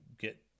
get